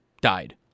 died